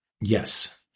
Yes